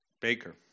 baker